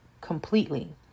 completely